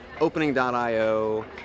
opening.io